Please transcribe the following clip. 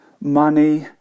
Money